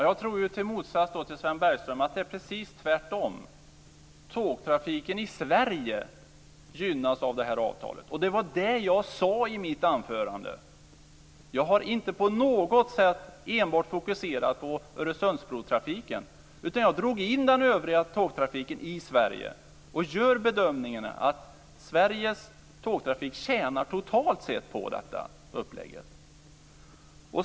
Fru talman! Jag tror i motsats till Sven Bergström att det är precis tvärtom. Tågtrafiken i Sverige gynnas av det här avtalet. Det var det jag sade i mitt anförande. Jag har inte på något sätt enbart fokuserat på Öresundsbrotrafiken. Jag drog in den övriga tågtrafiken i Sverige och gör bedömningen att Sveriges tågtrafik totalt sett tjänar på detta upplägg.